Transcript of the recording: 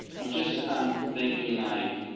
i'm just thinking like,